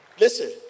Listen